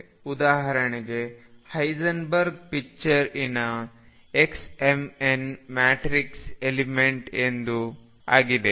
ಉದಾಹರಣೆಗೆ Heisenberg picture in xmn matrix element ಎಂದು ಆಗಿದೆ